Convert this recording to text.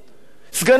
סגני שרים.